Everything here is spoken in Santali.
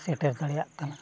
ᱥᱮᱴᱮᱨ ᱫᱟᱲᱮᱭᱟᱜ ᱠᱟᱱᱟ